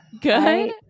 Good